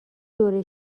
دوره